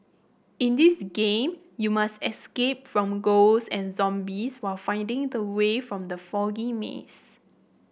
in this game you must escape from ghosts and zombies while finding the way from the foggy maze